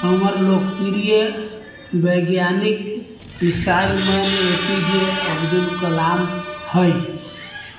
हमर लोकप्रिय वैज्ञानिक मिसाइलमैन एपीजे अब्दुल कलाम हइ